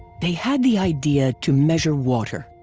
they had the idea to measure water.